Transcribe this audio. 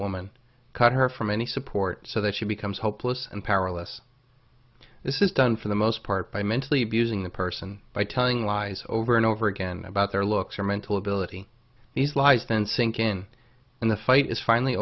woman cut her from any support so that she becomes hopeless and powerless this is done for the most part by mentally abusing the person by telling lies over and over again about their looks or mental ability these lies then sink in and the fight is finally